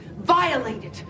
violated